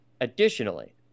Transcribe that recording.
additionally